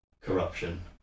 corruption